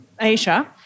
Asia